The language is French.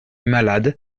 malade